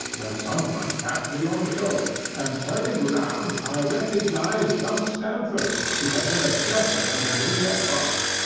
when some one tapped me on the shoulder, and turning round i recognized young stamford, who had been a dresser under me at barts.